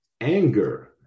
Anger